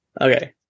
Okay